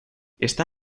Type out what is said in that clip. está